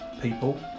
people